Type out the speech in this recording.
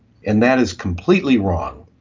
and that is completely wrong.